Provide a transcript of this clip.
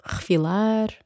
Refilar